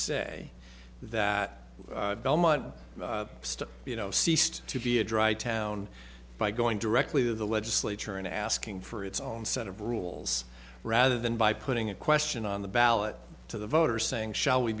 say that belmont stop you know ceased to be a dry town by going directly to the legislature and asking for its own set of rules rather than by putting a question on the ballot to the voters saying shall we